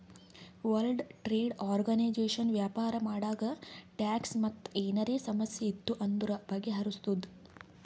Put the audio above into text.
world Trade Organization ವ್ಯಾಪಾರ ಮಾಡಾಗ tax ಮತ್ ಏನರೇ ಸಮಸ್ಯೆ ಇತ್ತು ಅಂದುರ್ ಬಗೆಹರುಸ್ತುದ್